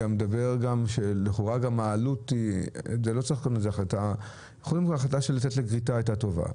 יכול להיות שההחלטה לתת לגריטה היא החלטה טובה.